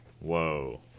Whoa